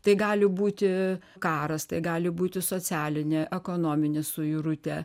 tai gali būti karas tai gali būti socialinė ekonominė suirutė